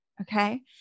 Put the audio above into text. Okay